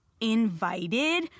invited